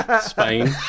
Spain